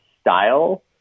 style